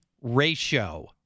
ratio